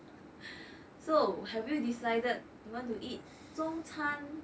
so have you decided you want to eat 中餐